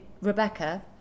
Rebecca